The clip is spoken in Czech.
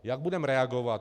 Jak budeme reagovat?